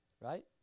Right